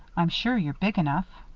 i'm sure you're big enough.